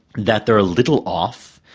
that they are a little off.